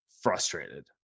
frustrated